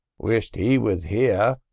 wisht he was here!